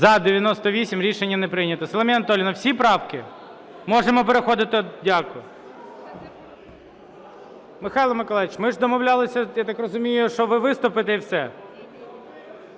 За-98 Рішення не прийнято. Соломія Анатолїівна, всі правки? Можемо переходити… Дякую. Михайло Миколайович, ми ж домовлялися, я так розумію, що виступите і все.